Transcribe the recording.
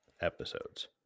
episodes